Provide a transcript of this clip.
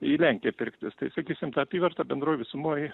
į lenkiją pirktis tai sakysim ta apyvarta bendroj visumoj